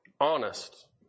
honest